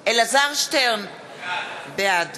אלעזר שטרן, בעד